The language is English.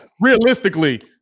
realistically